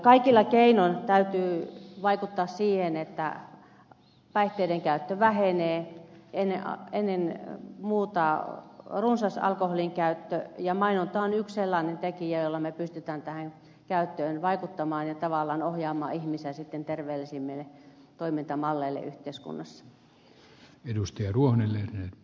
kaikilla keinoin täytyy vaikuttaa siihen että päihteiden käyttö vähenee ennen muuta runsas alkoholin käyttö ja mainonta on yksi sellainen tekijä jolla me pystymme tähän käyttöön vaikuttamaan ja tavallaan ohjaamaan ihmisiä terveellisimmille toimintamalleille yhteiskunnassa